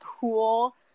cool